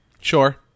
Sure